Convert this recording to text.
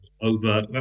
over